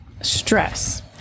stress